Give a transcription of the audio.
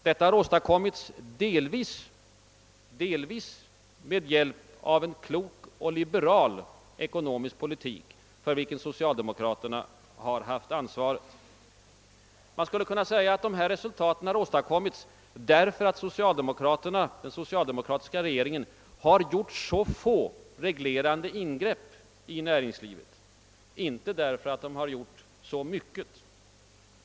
Det har åstadkommits delvis med hjälp av en klok och liberal ekonomisk politik för vilken socialdemokraterna har haft ansvaret. Man skulle kunna påstå att resultaten har åstadkommits därför att den socialdemokratiska regeringen har gjort så få reglerande ingrepp i näringslivet, inte därför att den gjort så mycket.